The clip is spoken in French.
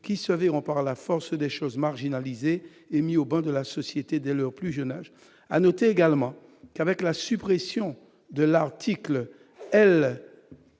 qui se verront, par la force des choses, marginalisés et mis au ban de la société dès leur plus jeune âge. Ensuite, avec la suppression de l'article L.